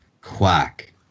Quack